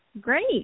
great